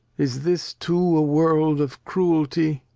is this too a world of cruelty?